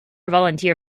volunteer